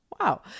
wow